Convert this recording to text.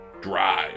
Drive